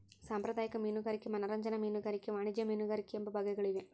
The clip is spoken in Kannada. ಸಾಂಪ್ರದಾಯಿಕ ಮೀನುಗಾರಿಕೆ ಮನರಂಜನಾ ಮೀನುಗಾರಿಕೆ ವಾಣಿಜ್ಯ ಮೀನುಗಾರಿಕೆ ಎಂಬ ಬಗೆಗಳಿವೆ